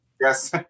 Yes